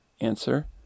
Answer